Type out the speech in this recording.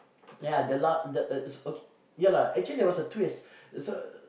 yeah the last okay yeah lah actually there was a twist so